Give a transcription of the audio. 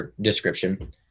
description